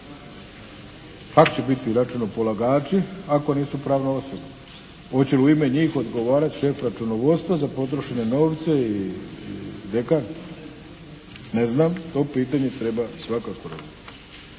Kako će biti računopolagači ako nisu pravna osoba? Hoće li u ime njih odgovarati šef računovodstva za potrošene novce i dekan? Ne znam. To pitanje treba svakako razmotriti.